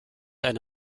eine